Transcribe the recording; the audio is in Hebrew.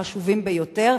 החשובים ביותר,